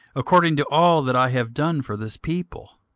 according to all that i have done for this people.